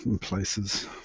places